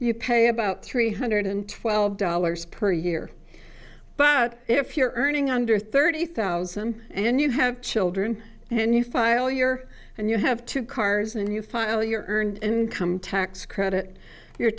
k about three hundred and twelve dollars per year but if you're earning under thirty thousand and you have children and you file your and you have two cars and you file your earned income tax credit your